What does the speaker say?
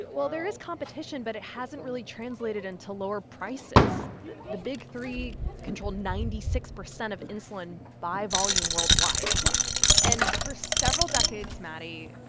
well, there is competition, but it hasn't really translated into lower prices. the the big three control ninety six percent of insulin by volume worldwide wow and for several decades, maddie,